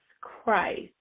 Christ